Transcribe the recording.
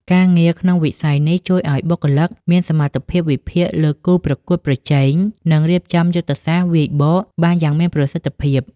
ការងារក្នុងវិស័យនេះជួយឱ្យបុគ្គលិកមានសមត្ថភាពវិភាគលើគូប្រកួតប្រជែង និងរៀបចំយុទ្ធសាស្ត្រវាយបកបានយ៉ាងមានប្រសិទ្ធភាព។